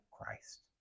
Christ